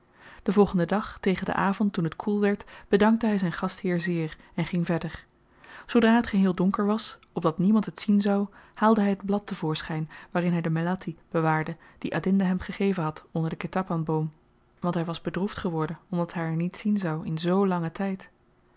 den volgenden dag tegen den avend toen t koel werd bedankte hy zyn gastheer zeer en ging verder zoodra t geheel donker was opdat niemand het zien zou haalde hy het blad tevoorschyn waarin hy de melatti bewaarde die adinda hem gegeven had onder den ketapan boom want hy was bedroefd geworden omdat hy haar niet zien zou in z langen tyd